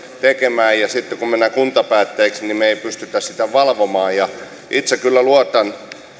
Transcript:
tekemään ja sitten kun mennään kuntapäättäjiksi me emme pysty sitä valvomaan itse kyllä luotan